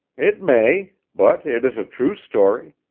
it may, but it is a true story.